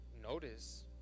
notice